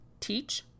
Teach